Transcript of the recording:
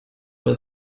oder